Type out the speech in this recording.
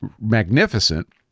Magnificent